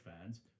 fans